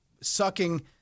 Sucking